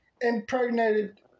impregnated